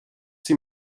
sie